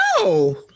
No